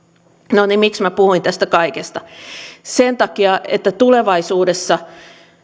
no niin miksi puhuin tästä kaikesta sen takia että tulevaisuudessa